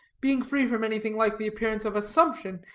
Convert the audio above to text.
being free from anything like the appearance of assumption,